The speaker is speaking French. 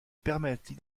permettent